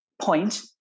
point